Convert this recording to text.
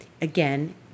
again